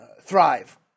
Thrive